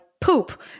poop